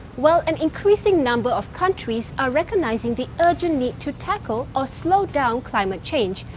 well, an increasing number of countries are recognizing the urgent need to tackle, or slow down climate change.